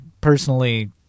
personally